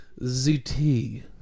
ZT